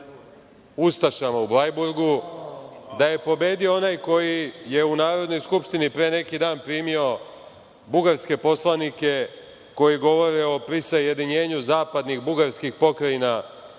ustašama u Blajburgu, da je pobedio onaj koji je u Narodnoj skupštini pre neki dan primio bugarske poslanike koji govore o prisajedinjenju zapadnih bugarskih pokrajina